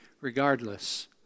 regardless